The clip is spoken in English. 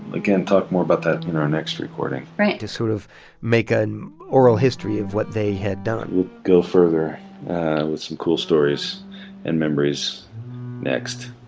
again, talk more about that in our next recording right. to sort of make an oral history of what they had done we'll go further with some cool stories and memories next